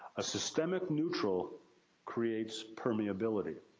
a systemic neutral creates permeability.